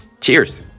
Cheers